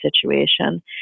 situation